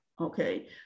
Okay